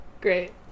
Great